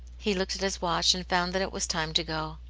he looked at his watch, and found that it was time to go.